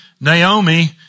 Naomi